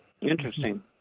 Interesting